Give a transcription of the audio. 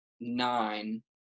nine